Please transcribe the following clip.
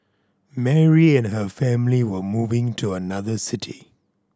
Mary and her family were moving to another city